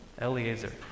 Eliezer